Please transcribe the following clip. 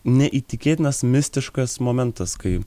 neįtikėtinas mistiškas momentas kai